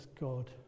God